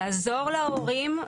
לעזור להורים,